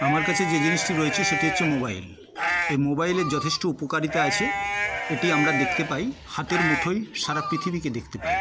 আমার কাছে যে জিনিসটি রয়েছে সেটি হচ্ছে মোবাইল এই মোবাইলের যথেষ্ট উপকারিতা আছে এটি আমরা দেখতে পাই হাতের মুঠোয় সারা পৃথিবীকে দেখতে পাই